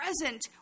present